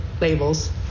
labels